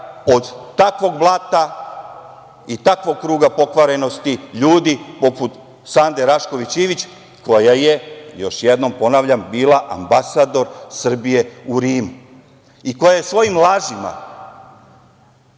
od takvog blata i takvog kruga pokvarenosti ljudi poput Sande Rašković Ivić, koja je, još jednom ponavljam, bila ambasador Srbije u Rimu i koja je svojim lažima